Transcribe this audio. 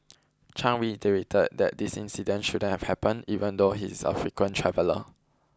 Chang reiterated that this incident shouldn't have happened even though he is a frequent traveller